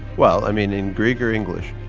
well, i mean, in greek or english?